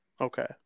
Okay